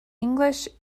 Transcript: english